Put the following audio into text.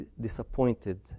disappointed